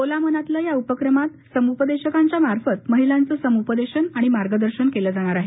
बोला मनातलं या उपक्रमात समुपदेशकांच्या मार्फत महिलांचं समुपदेशन आणि मार्गदर्शन केल जाणार आहे